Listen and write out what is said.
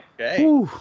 Okay